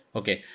okay